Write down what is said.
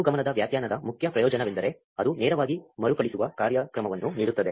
ಅನುಗಮನದ ವ್ಯಾಖ್ಯಾನದ ಮುಖ್ಯ ಪ್ರಯೋಜನವೆಂದರೆ ಅದು ನೇರವಾಗಿ ಮರುಕಳಿಸುವ ಕಾರ್ಯಕ್ರಮವನ್ನು ನೀಡುತ್ತದೆ